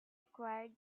required